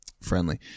friendly